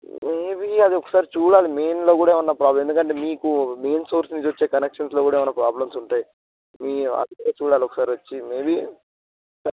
maybe అది ఒకసారి చూడాలి మెయిన్లో కూడా ఏమన్న ప్రాబ్లమ్ ఎందుకంటే మీకు మెయిన్ సోర్స్ నుంచి వచ్చే కనెక్షన్స్లో కూడా ఉన్న ప్రాబ్లమ్స్ ఉంటాయి మీ అందుకని చూడాలి ఒకసారి వచ్చి మేబీ